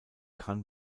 kann